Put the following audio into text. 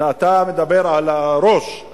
אתה מדבר על הראש,